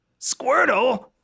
Squirtle